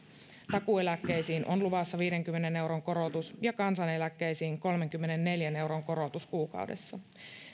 takuueläkkeisiin on luvassa viidenkymmenen euron korotus ja kansaneläkkeisiin kolmenkymmenenneljän euron korotus kuukaudessa